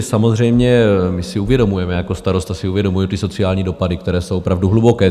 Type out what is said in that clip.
Samozřejmě si uvědomujeme, jako starosta si uvědomuju ty sociální dopady, které jsou opravdu hluboké.